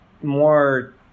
more